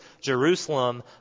Jerusalem